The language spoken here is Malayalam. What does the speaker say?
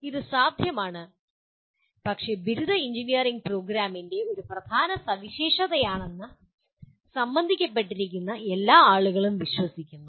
ഇത് സാധ്യമാണ് പക്ഷേ ബിരുദ എഞ്ചിനീയറിംഗ് പ്രോഗ്രാമിന്റെ ഒരു പ്രധാന സവിശേഷതയാണെന്ന് സംബന്ധപ്പെട്ടിരിക്കുന്ന എല്ലാ ആളുകളും വിശ്വസിക്കുന്നു